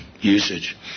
usage